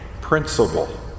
principle